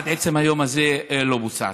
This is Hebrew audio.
עד עצם היום הזה זה לא בוצע.